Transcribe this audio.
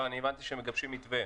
לא, אני הבנתי שמגבשים מתווה.